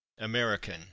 American